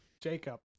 Jacob